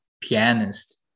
pianist